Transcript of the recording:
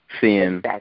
seeing